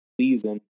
season